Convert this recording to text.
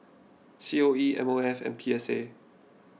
C O E M O F and P S A